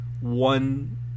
one